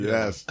Yes